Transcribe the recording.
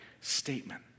statement